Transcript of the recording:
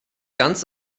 ganz